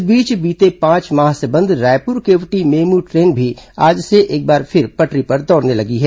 इस बीच बीते पांच माह से बंद रायपुर केवटी मेमू ट्रेन भी आज से एक बार फिर पटरी पर दौड़ने लगी है